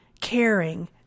caring